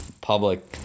public